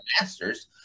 master's